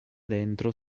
dentro